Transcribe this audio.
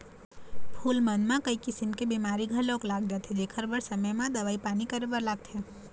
फूल मन म कइ किसम के बेमारी घलोक लाग जाथे जेखर बर समे म दवई पानी करे बर लागथे